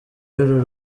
y’uru